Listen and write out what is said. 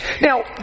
Now